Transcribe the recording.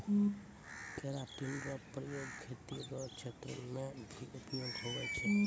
keratin रो प्रयोग खेती रो क्षेत्र मे भी उपयोग हुवै छै